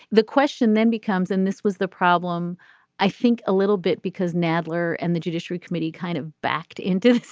the question then becomes and this was the problem i think a little bit because nadler and the judiciary committee kind of backed into this.